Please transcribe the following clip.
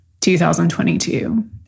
2022